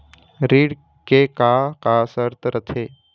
ऋण के का का शर्त रथे?